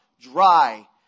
dry